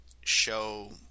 show